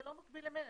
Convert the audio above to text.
זה לא מקביל למייל.